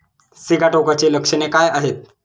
सिगाटोकाची लक्षणे काय आहेत?